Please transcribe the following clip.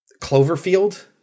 Cloverfield